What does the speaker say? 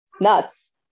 nuts